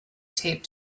taped